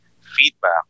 feedback